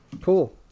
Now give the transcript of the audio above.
Cool